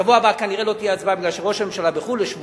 בשבוע הבא כנראה לא תהיה הצבעה כי ראש הממשלה בחוץ-לארץ לשבועיים,